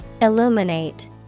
Illuminate